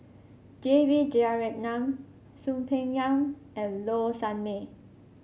J B Jeyaretnam Soon Peng Yam and Low Sanmay